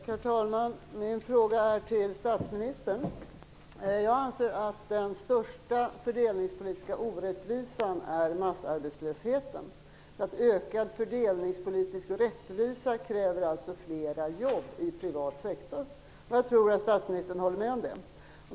Herr talman! Min fråga är till statsministern. Jag anser att den största fördelningspolitiska orättvisan är massarbetslösheten. För ökad fördelningspolitisk rättvisa krävs flera jobb i privat sektor. Jag tror att statsministern håller med om det.